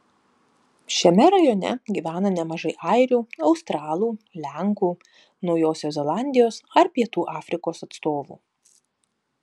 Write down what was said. šiame rajone gyvena nemažai airių australų lenkų naujosios zelandijos ar pietų afrikos atstovų